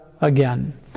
again